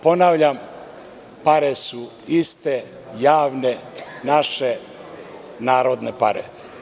Ponavljam, pare su iste, javne, naše, narodne pare.